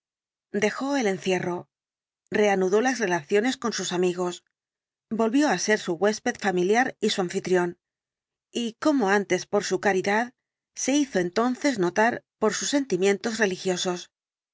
dejó el encierro reanudó las relaciones con sus amigos volvió á ser su huésped familiar y su anfitrión y como antes por su caridad se hizo entonces notar por sus sentimientos religiosos